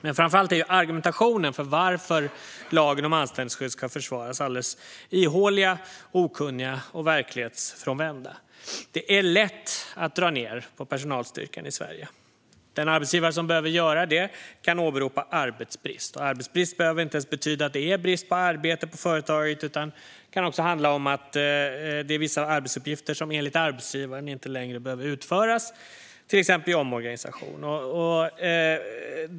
Men framför allt är argumentationen för varför lagen om anställningsskydd ska försvagas alldeles ihålig, okunnig och verklighetsfrånvänd. Det är lätt att dra ned på personalstyrkan i Sverige. Den arbetsgivare som behöver göra det kan åberopa arbetsbrist. Arbetsbrist behöver inte ens betyda att det är brist på arbete på företaget. Det kan också handla om att vissa arbetsuppgifter enligt arbetsgivaren inte längre behöver utföras, till exempel vid omorganisation.